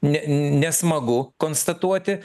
ne nesmagu konstatuoti